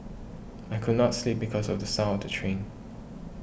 I could not sleep because of the sound of the train